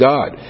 God